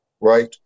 right